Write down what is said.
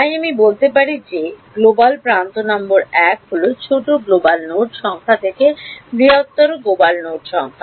তাই আমি বলতে পারি যে গ্লোবাল প্রান্ত নম্বর 1 হল ছোট গ্লোবাল নোড সংখ্যা থেকে বৃহত্তর গ্লোবাল নোড সংখ্যা